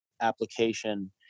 application